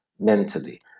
mentally